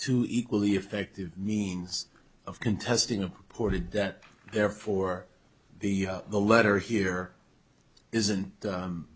too equally effective means of contesting a ported that therefore the the letter here isn't